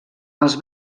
els